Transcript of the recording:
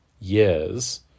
years